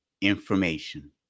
information